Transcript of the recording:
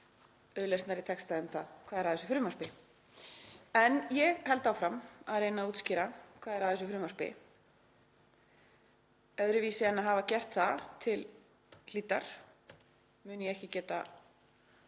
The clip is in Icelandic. auðlesnari texta um það hvað er að þessu frumvarpi. En ég held áfram að reyna að útskýra hvað er að þessu frumvarpi. Öðruvísi en að hafa gert það til hlítar mun ég ekki geta